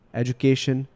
education